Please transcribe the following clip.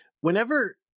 Whenever